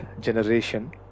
generation